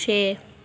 छे